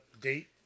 date